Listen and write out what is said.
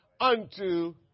unto